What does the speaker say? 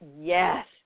Yes